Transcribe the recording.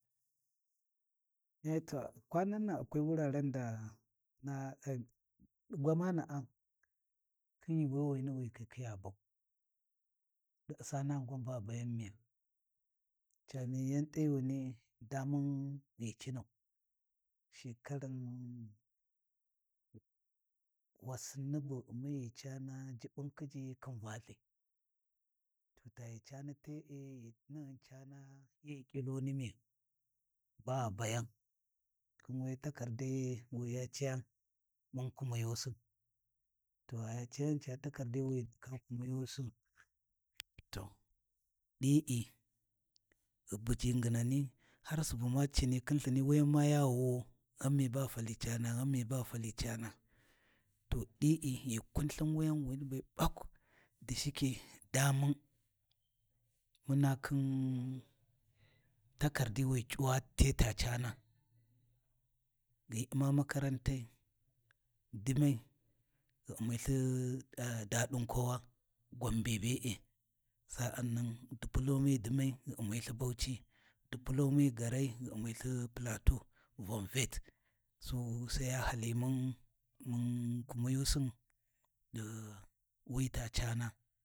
Ehh toh kwanan nan akwai wuraren da na gwamana’a, khin yuuwawini bu ghi khikhiye bau, ɗin U’sanani gwan ba ghi khikiye bau, ɗa U’sanani gwan ba ghi bayan miya, camiya yan t’ayuni damun ghi cinau, shekaran wasini bu ghi U’mi ghi caana juɓɓun khiji khin valthi, to ta ghi caani te’e, ghi naghun caana ye ƙiluni miya, ba ghu bayanm khin wuya takardai wi hi cayan muna kumiyusin, to ghi ya cayan ca takardai wi ghi ndaka kumiyusin to ɗi’i, ghu buji nginani, har Subu ma cini khin Lthini, wuyan ma ya wuwau, ghan mi ba ghu fali caana, ghan mi ba ghu fali caana? To ɗi’i ghi kunlthin wuyanwini be ɓak, da shike damun, muna khi takardi wi C’uwa te ta caana, ghi U’ma makarantai, dimyai ghi U’mi lthi Dadin kowa Gambe be’e, Sa’annan Diploma dimyai ghi U’mi lthi Bauchi, Diplomi gaarai ghi U’mi lthi Plateu Vom Vet so sai ya hali mun mun kumiyusin ɗi wita caana.